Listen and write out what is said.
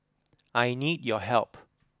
I need your help